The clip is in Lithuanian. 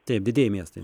taip didieji miestai